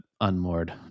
unmoored